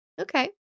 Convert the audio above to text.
Okay